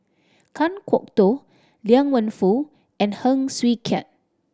Kan Kwok Toh Liang Wenfu and Heng Swee Keat